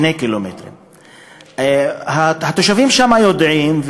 אבל התושבים שם יודעים,